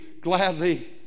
gladly